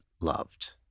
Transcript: loved